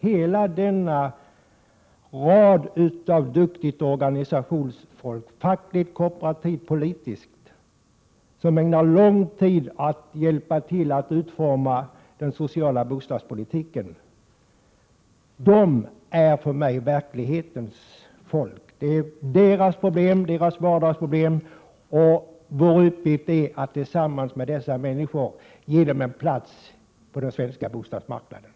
Hela denna rad av duktigt organisationsfolk — fackligt, kooperativt och politiskt aktiva — som ägnar lång tid åt att hjälpa till att utforma den sociala bostadspolitiken är för mig verklighetens folk. Det är deras problem det gäller, och vår uppgift är att tillsammans med dem ge människor plats på den svenska bostadsmarknaden.